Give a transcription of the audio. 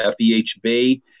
FEHB